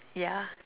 yeah